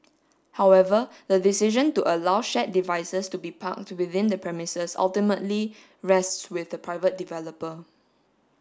however the decision to allow shared devices to be parked within the premises ultimately rests with the private developer